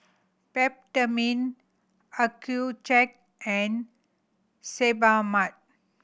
Peptamen Accucheck and Sebamed